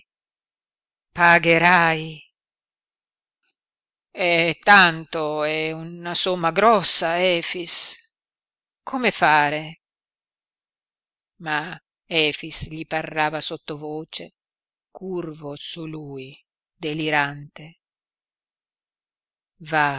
pagherai è tanto è una somma grossa efix come fare ma efix gli parlava sottovoce curvo su lui delirante va